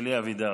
אלי אבידר.